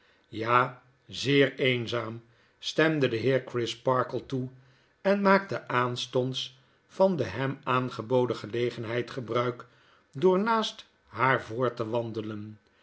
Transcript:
ja zeer eenzaam stemde de heer crisparkle toe en maakte aanstonds van de hem aangeboden gelegenheid gebruik door naast haar voort te wandelen